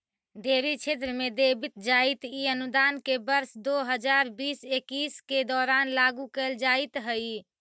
dairy क्षेत्र में देवित जाइत इ अनुदान के वर्ष दो हज़ार बीस इक्कीस के दौरान लागू कैल जाइत हइ